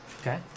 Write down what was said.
Okay